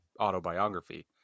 autobiography